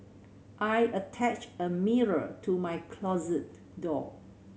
I attached a mirror to my closet door